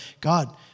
God